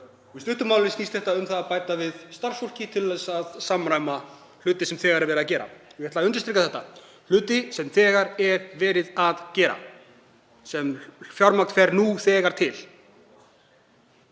Í stuttu máli snýst þetta um að bæta við starfsfólki til að samræma hluti sem þegar er verið að gera. Ég ætla að undirstrika þetta: Hluti sem þegar er verið að gera, sem fjármagn fer nú þegar til